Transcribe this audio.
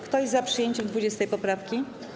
Kto jest za przyjęciem 20. poprawki?